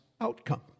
outcome